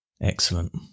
Excellent